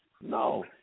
No